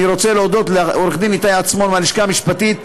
אני רוצה להודות לעורך-דין איתי עצמון מהלשכה המשפטית,